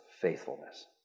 faithfulness